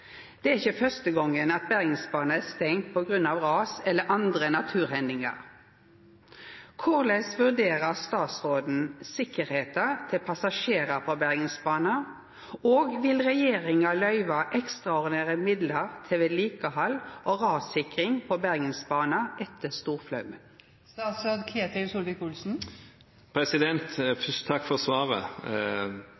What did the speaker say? ikkje fyrste gong at Bergensbana er stengd på grunn av ras eller andre naturhendingar. Korleis vurderer statsråden sikkerheita til passasjerar på Bergensbana, og vil regjeringa løyve ekstraordinære midlar til vedlikehald og rassikring på Bergensbana etter